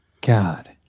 God